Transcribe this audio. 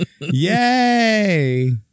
Yay